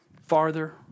farther